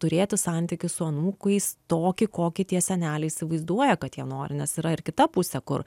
turėti santykį su anūkais tokį kokį tie seneliai įsivaizduoja kad jie nori nes yra ir kita pusė kur